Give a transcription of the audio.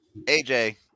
AJ